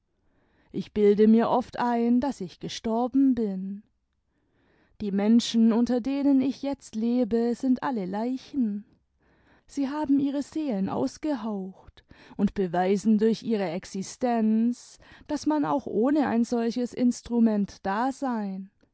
ich bilde mir oft ein daß ich gestorben bin die menschen unter denen ich jetzt lebe sind alle leichen sie haben ihre seelen ausgehaucht und beweisen durch ihre existenz daß man auch ohne ein solches instrument dasein